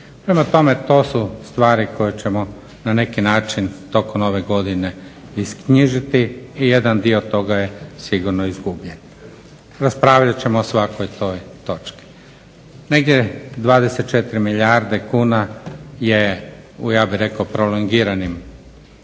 Prema tome, to su stvari koje ćemo na neki način tokom ove godine isknjižiti i jedan dio toga je sigurno izgubljen. Raspravljat ćemo o svakoj toj točki. Negdje 24 milijarde kuna je u ja bih rekao prolongiranim